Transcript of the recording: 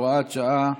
(הוראת שעה),